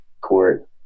court